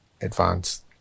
advanced